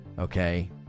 Okay